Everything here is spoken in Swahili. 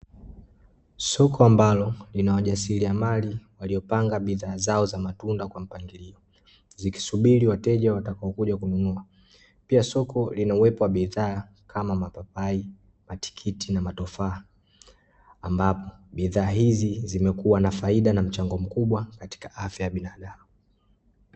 Soko ambalo lina wajasiriamali waliopanga bidhaa zao za matunda kwa mpangilio, zikisubiri wateja watakaokuja kununua, pia soko lina uwepo wa bidhaa kama mapapai, matikiti na tufaa ambapo bidhaa hizi zimekuwa na faida na mchango mkubwa katika afya ya binadamu.